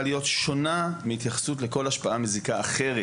להיות שונה מהתייחסות לכל השפעה מזיקה אחרת.